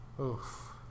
Oof